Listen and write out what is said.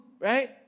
right